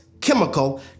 chemical